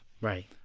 Right